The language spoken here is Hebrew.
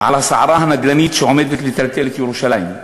על הסערה הנדל"נית שעומדת לטלטל את ירושלים.